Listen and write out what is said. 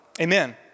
Amen